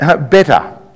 better